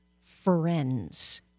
friends